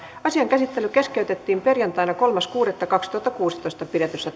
asian käsittely keskeytettiin kolmas kuudetta kaksituhattakuusitoista pidetyssä